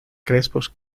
crespos